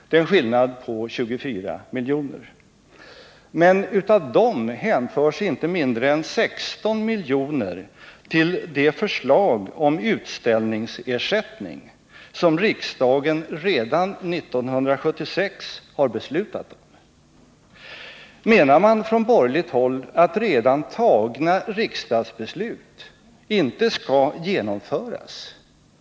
Men av dessa pengar hänför sig inte mindre än 16 milj.kr. till det förslag om utställningsersättning som riksdagen redan 1976 har beslutat om. Menar man från borgerligt håll att redan fattade riksdagsbeslut inte skall genomföras?